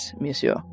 monsieur